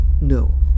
No